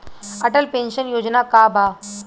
Atal pension Yojana का बा?